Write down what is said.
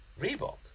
Reebok